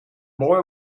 boy